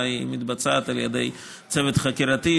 אלא היא מתבצעת על ידי צוות חקירתי,